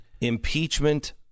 Impeachment